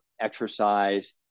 exercise